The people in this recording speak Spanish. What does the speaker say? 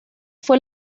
fue